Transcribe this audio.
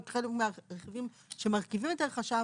הוא חלק מהרכיבים שמרכיבים את ערך השעה,